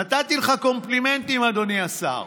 נתתי לך קומפלימנטים, אדוני השר.